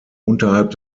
unterhalb